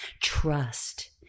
Trust